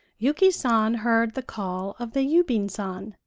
yuki san heard the call of the yubin san,